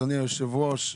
אדוני היושב ראש,